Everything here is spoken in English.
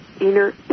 inner